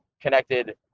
connected